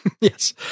Yes